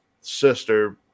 sister